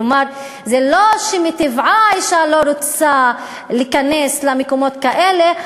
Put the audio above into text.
כלומר זה לא שמטבעה אישה לא רוצה להיכנס למקומות כאלה,